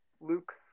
Luke's